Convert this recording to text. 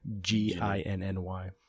G-I-N-N-Y